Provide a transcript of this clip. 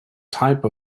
type